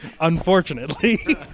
Unfortunately